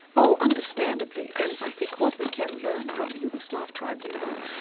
oh, understandably. and i think what we can learn from the yugoslav tribunal,